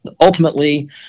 ultimately